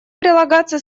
прилагаться